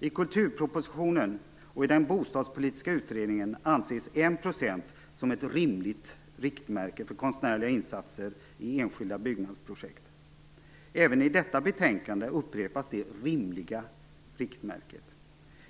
I kulturpropositionen och i den bostadspolitiska utredningen anses 1 % som ett rimligt riktmärke för konstnärliga insatser i enskilda byggnadsprojekt. Även i detta betänkande upprepas det rimliga riktmärket.